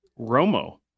Romo